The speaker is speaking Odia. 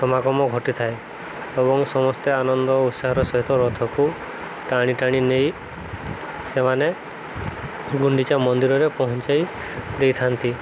ସମାଗମ ଘଟିଥାଏ ଏବଂ ସମସ୍ତେ ଆନନ୍ଦ ଉତ୍ସାହର ସହିତ ରଥକୁ ଟାଣି ଟାଣି ନେଇ ସେମାନେ ଗୁଣ୍ଡିଚା ମନ୍ଦିରରେ ପହଞ୍ଚେଇ ଦେଇଥାନ୍ତି